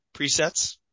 presets